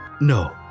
No